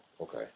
Okay